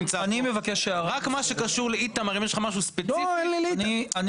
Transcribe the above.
רק אם יש משהו ספציפי לשר, זה יירשם.